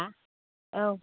हा औ